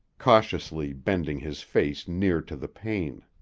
cautiously bending his face near to the pane.